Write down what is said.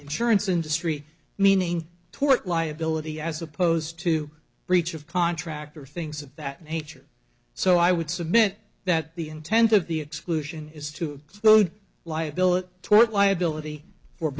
insurance industry meaning tort liability as opposed to breach of contract or things of that nature so i would submit that the intent of the exclusion is to liability tort liability for